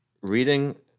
reading